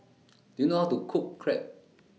Do YOU know How to Cook Crepe